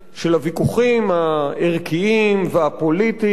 של הוויכוחים הערכיים והפוליטיים